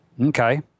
Okay